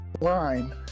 line